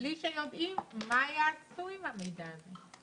בלי שיודעים מה יעשו עם המידע הזה?